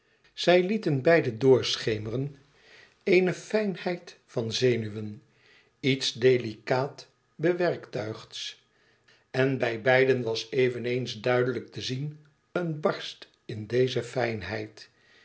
zij lieten beiden doorschemeren eene fijnheid van zenuwen iets delicaat bewerktuigds en bij beiden was eveneens duidelijk te zien eene barst in deze fijnheid